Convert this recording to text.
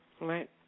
Right